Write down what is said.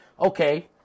okay